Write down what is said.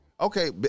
Okay